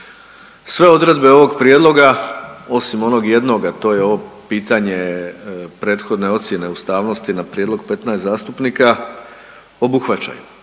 sve odredbe ovoga prijedloga osim onog jednoga a to je ovo pitanje prethodne ocjene ustavnosti na prijedlog 15 zastupnika obuhvaćaju.